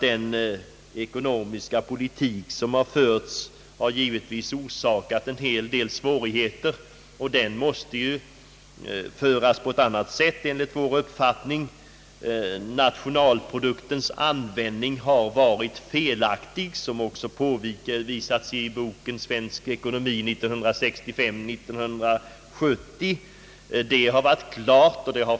Den ekonomiska politik som förts har givetvis orsakat en hel del svårigheter, och den måste enligt vår mening föras på ett annat sätt i framtiden. Nationalproduktens användning har varit felaktig, vilket också påvisats i boken »Svensk ekonomi 1965—1970».